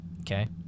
Okay